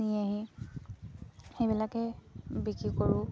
নি আহি সেইবিলাকে বিক্ৰী কৰোঁ